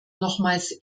nochmals